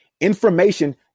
information